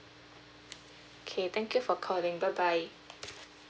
okay thank you for calling bye bye